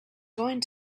going